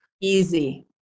Easy